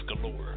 galore